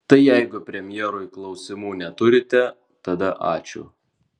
tai jeigu premjerui klausimų neturite tada ačiū